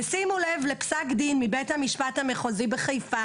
ושימו לב לפסק דין מבית המשפט המחוזי בחיפה.